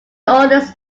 owners